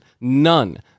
none